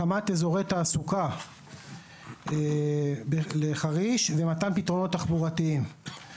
הקמת אזורי תעסוקה לחריש ומתן פתרונות תחבורתיים.